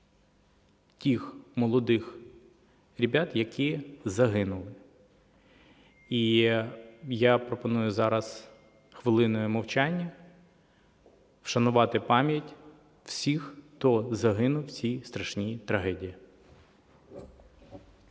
тих молодих ребят, які загинули. І я пропоную зараз хвилиною мовчання вшанувати пам'ять всіх, хто загинув у цій страшній трагедії.